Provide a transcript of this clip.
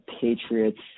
Patriots